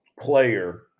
player